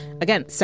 again